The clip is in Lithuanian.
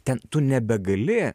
ten tu nebegali